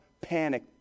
panic